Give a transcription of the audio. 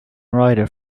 rider